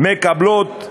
מקבלות "בעד"